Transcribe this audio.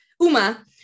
Uma